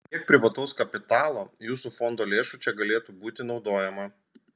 kiek privataus kapitalo jūsų fondo lėšų čia galėtų būti naudojama